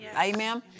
amen